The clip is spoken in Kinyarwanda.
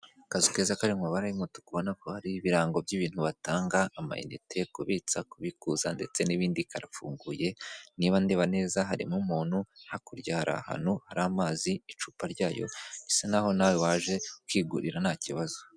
Akazu keza kari mu mabara y'umutuku ubona ko hariho ibirango by'ibintu batanga amayinite, kubitsa, kubikuza ndetse n'ibindi karafungiye niba ndeba neza harimo umuntu hakurya hari ahantu hari amazi icupa ryayo bisa naho nawe waje ukigurira ntakibazo.